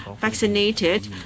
vaccinated